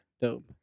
Dope